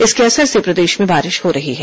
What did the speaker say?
इसके असर से प्रदेश में बारिश हो रही है